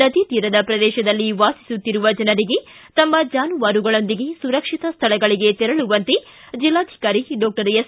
ನದಿ ತೀರದ ಪ್ರದೇಶದಲ್ಲಿ ವಾಸಿಸುತ್ತಿರುವ ಜನರಿಗೆ ತಮ್ನ ಜಾನುವಾರುಗಳೊಂದಿಗೆ ಸುರಕ್ಷಿತ ಸ್ಥಳಗಳಿಗೆ ತೆರಳುವಂತೆ ಜಿಲ್ಲಾಧಿಕಾರಿ ಡಾಕ್ಟರ್ ಎಸ್